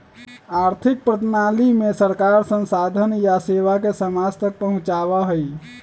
आर्थिक प्रणाली में सरकार संसाधन या सेवा के समाज तक पहुंचावा हई